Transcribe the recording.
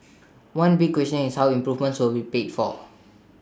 one big question is how improvements will be paid for